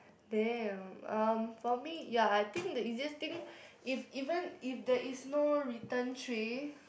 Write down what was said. damn um for me ya I think the easiest thing if even if there is no return tray